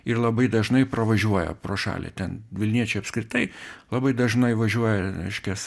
ir labai dažnai pravažiuoja pro šalį ten vilniečiai apskritai labai dažnai važiuoja reiškias